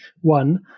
one